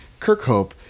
Kirkhope